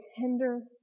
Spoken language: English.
tender